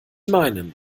meinen